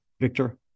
Victor